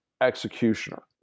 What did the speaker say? executioner